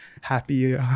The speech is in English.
happy